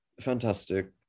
fantastic